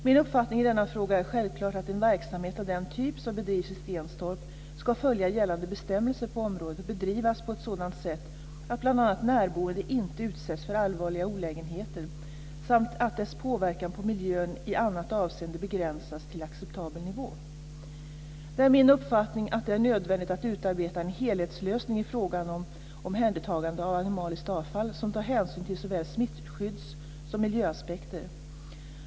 Min uppfattning i denna fråga är självfallet att en verksamhet av den typ som bedrivs i Stenstorp ska följa gällande bestämmelser på området och bedrivas på ett sätt så att bl.a. närboende inte utsätts för allvarliga olägenheter samt att dess påverkan på miljön i annat avseende begränsas till acceptabel nivå. Det är min uppfattning att det är nödvändigt att utarbeta en helhetslösning i fråga om omhändertagande av animaliskt avfall, som tar hänsyn till såväl smittskydds som miljöaspekter.